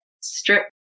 strip